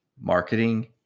marketing